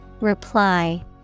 Reply